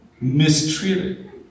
mistreated